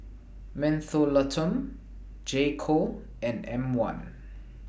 Mentholatum J Co and M one